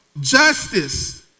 justice